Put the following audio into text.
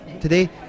today